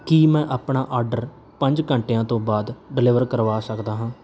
ਕੀ ਮੈਂ ਆਪਣਾ ਆਰਡਰ ਪੰਜ ਘੰਟਿਆਂ ਤੋਂ ਬਾਅਦ ਡਿਲੀਵਰ ਕਰਵਾ ਸਕਦਾ ਹਾਂ